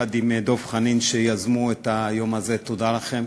יחד עם דב חנין, שיזמו את היום הזה, תודה לכם.